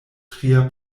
tria